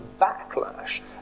backlash